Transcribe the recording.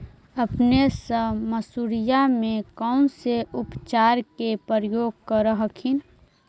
अपने सब मसुरिया मे कौन से उपचार के प्रयोग कर हखिन?